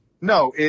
No